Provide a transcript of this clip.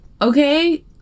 Okay